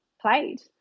played